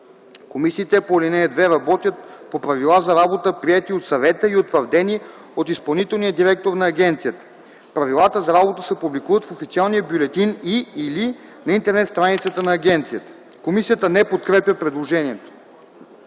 Комисиите по ал. 2 работят по правила за работа, приети от Съвета и утвърдени от изпълнителния директор на агенцията. Правилата за работа се публикуват в официалния бюлетин и/или на Интернет страницата на агенцията.” Комисията не подкрепя предложението.